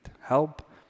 Help